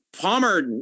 palmer